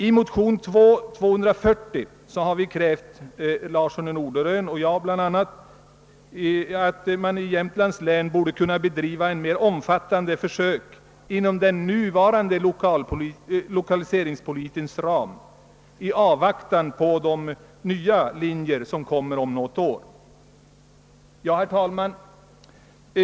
I motion II:240 har bl.a. herr Larsson i Norderön och jag framhållit att det i Jämtlands län borde kunna bedrivas en mer omfattande försöksverksamhet inom den nuvarande lokaliseringspolitiska ramen i avvaktan på de nya riktlinjer som kommer om något år. Herr talman!